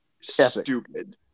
stupid